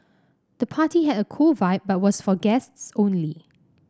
the party had a cool vibe but was for guests only